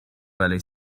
بلایی